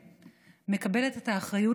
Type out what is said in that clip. ומקבלת את האחריות